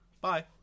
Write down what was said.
Bye